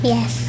Yes